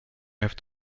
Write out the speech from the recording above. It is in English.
have